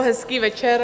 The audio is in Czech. Hezký večer.